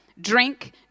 drink